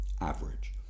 average